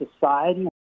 society